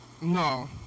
No